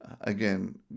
again